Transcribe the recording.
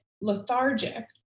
lethargic